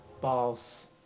boss